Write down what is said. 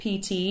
PT